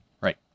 Right